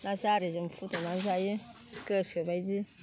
ना जारिजों फुदुंनानै जायो गोसो बायदि